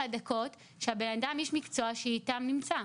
הדקות שהבן-אדם איש מקצוע שאיתם נמצא?